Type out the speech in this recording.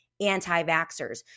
anti-vaxxers